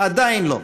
עדיין לא.